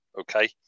okay